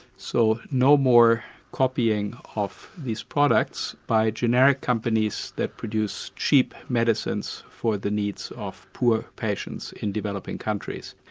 so no more copying of these products by generic companies that produced cheap medicines for the needs of poor patients in developing countries.